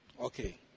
Okay